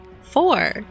Four